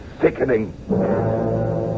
sickening